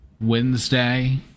Wednesday